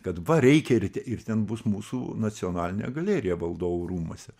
kad va reikia ir ten bus mūsų nacionalinė galerija valdovų rūmuose